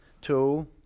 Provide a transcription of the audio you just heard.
two